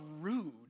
rude